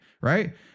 Right